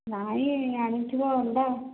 ନାଇଁ ଆଣିଥିବ ଅଲଗା